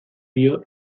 dio